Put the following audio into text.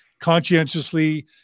conscientiously